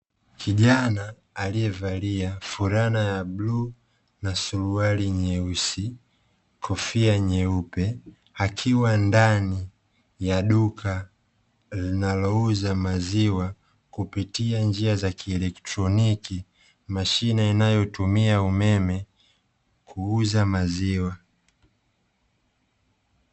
Kijana alievalia shati la bluu suruali nyeusi na kofia nyeupe akiwa ndani ya duka linalouza maziwa kupitia njia za kielekitroniki, mashine inayotumia umeme kuuza maziwa.